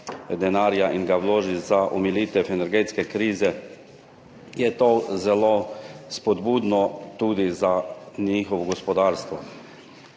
in ga vloži v omilitev energetske krize, je to zelo spodbudno tudi za njihovo gospodarstvo.